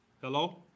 Hello